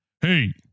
Hey